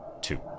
two